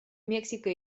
мексика